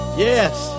yes